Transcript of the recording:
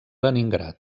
leningrad